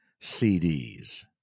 CDs